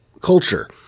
culture